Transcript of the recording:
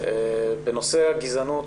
בנושא הגזענות,